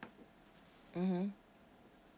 mmhmm